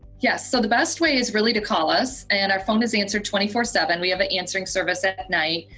yes, so the best way is really to call us, and our phone is answered twenty four seven. we have an answering service at at night,